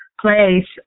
place